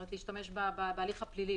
יש הצדקה להשתמש בהליך הפלילי.